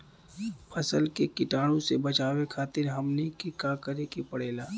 फसल के कीटाणु से बचावे खातिर हमनी के का करे के पड़ेला?